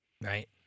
Right